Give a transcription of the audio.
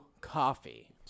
coffee